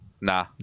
nah